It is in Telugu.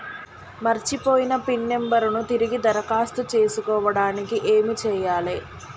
మర్చిపోయిన పిన్ నంబర్ ను తిరిగి దరఖాస్తు చేసుకోవడానికి ఏమి చేయాలే?